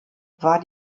war